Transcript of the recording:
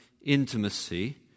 intimacy